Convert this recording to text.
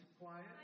quiet